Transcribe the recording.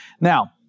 Now